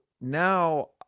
now